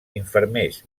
infermers